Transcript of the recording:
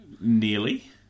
nearly